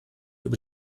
über